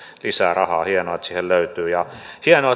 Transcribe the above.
lisää rahaa ja hienoa että siihen löytyy ja hienoa